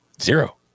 Zero